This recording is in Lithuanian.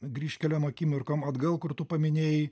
grįžt keliom akimirkom atgal kur tu paminėjai